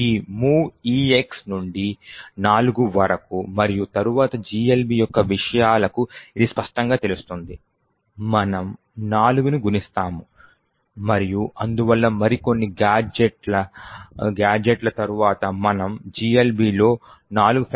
ఈ mov EX నుండి 4 వరకు మరియు తరువాత GLB యొక్క విషయాలకు ఇది స్పష్టంగా తెలుస్తుంది మనము 4ను గుణిస్తాము మరియు అందువల్ల మరికొన్ని గాడ్జెట్ల తరువాత మనము GLB లో 4